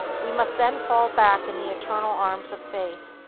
we must then fall back in the eternal arms of faith,